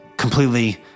completely